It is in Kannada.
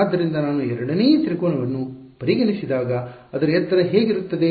ಆದ್ದರಿಂದ ನಾನು ಎರಡನೇ ತ್ರಿಕೋನವನ್ನು ಪರಿಗಣಿಸಿದಾಗ ಅದರ ಎತ್ತರ ಹೇಗಿರುತ್ತದೆ